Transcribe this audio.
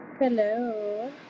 Hello